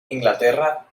inglaterra